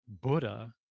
Buddha